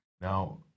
now